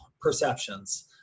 perceptions